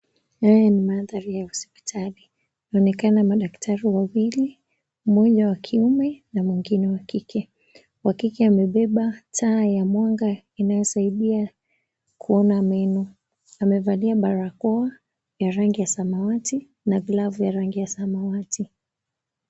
Haya ni mandhari ya hospitali. Kunaonekana madaktari wawili, mmoja wa kiume na mwingine wa kike. Wa kike amebeba taa ya mwanga inayosaidia kuona meno. Amevalia barakoa ya rangi ya samawati na glavu ya rangi ya samawati.